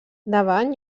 davant